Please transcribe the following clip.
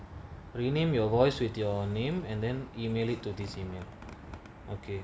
rename your voice with your name and then may lead to this email okay